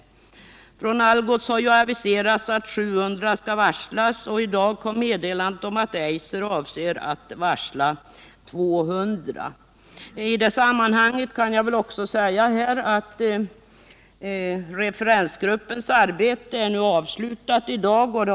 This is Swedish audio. Algots har aviserat att 700 anställda skall varslas om uppsägning, och i dag kom meddelandet att Eiser avser att varsla 200 anställda. I detta sammanhang kan jag också nämna att referensgruppens arbete har avslutats i dag.